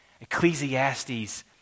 Ecclesiastes